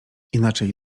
inaczej